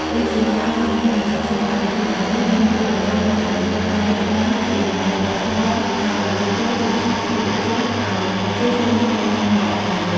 ដូចជា ការអប់រំ និងការផ្សព្វផ្សាយ កម្មវិធីទាំងនេះមានគោលបំណងលើកកម្ពស់ការយល់ដឹងពីតម្លៃវប្បធម៌ដល់ប្រជាជន ជាពិសេសយុវជន ឲ្យពួកគេចូលរួមថែរក្សាមរតកទាំងនេះ។